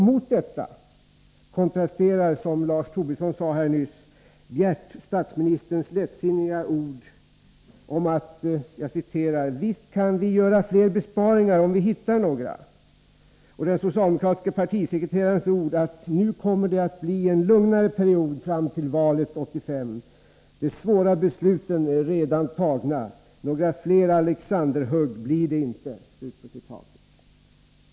Mot detta kontrasterar, som Lars Tobisson sade här nyss, bjärt statsministerns lättsinniga ord: ”Visst kan vi göra fler besparingar om vi hittar några” och den socialdemokratiska partisekreterarens ord: ”Nu kommer det att bli en lugnare period fram till valet 1985. De svåra besluten är redan tagna. Några fler Alexanderhugg blir det inte”.